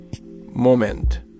moment